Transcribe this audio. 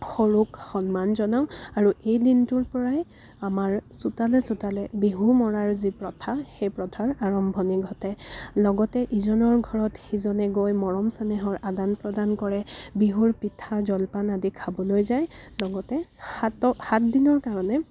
সৰুক সন্মান জনাওঁ আৰু এই দিনটোৰ পৰাই আমাৰ চোতালে চোতালে বিহু মৰাৰ যি প্ৰথা সেই প্ৰথাৰ আৰম্ভণী ঘটে লগতে ইজনৰ ঘৰত সিজনে গৈ মৰম চেনেহৰ আদান প্ৰদান কৰে বিহুৰ পিঠা জলপান আদি খাবলৈ যায় লগতে সাতক সাত দিনৰ কাৰণে